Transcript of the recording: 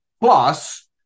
plus